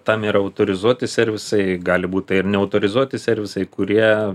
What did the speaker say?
tam yra autorizuoti servisai gali būt tai ir neautorizuoti servisai kurie